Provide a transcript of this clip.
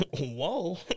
Whoa